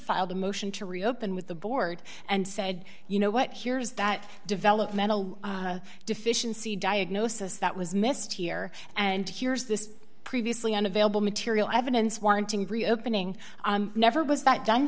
filed a motion to reopen with the board and said you know what here's that developmental deficiency diagnosis that was missed here and here's this previously unavailable material evidence warranting reopening never was that don